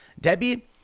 Debbie